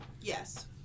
Yes